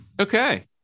Okay